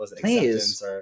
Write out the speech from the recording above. Please